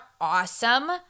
awesome